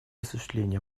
осуществления